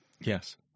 yes